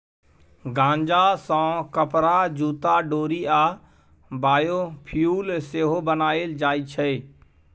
गांजा सँ कपरा, जुत्ता, डोरि आ बायोफ्युल सेहो बनाएल जाइ छै